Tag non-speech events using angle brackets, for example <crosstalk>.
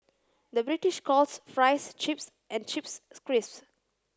the British calls fries chips and chips <unintelligible> crisps